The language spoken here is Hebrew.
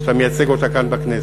שאתה מייצג אותה כאן בכנסת.